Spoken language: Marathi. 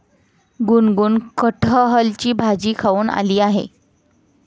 गुनगुन कठहलची भाजी खाऊन आली आहे